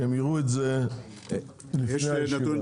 שהם יראו אותו לפני הישיבה.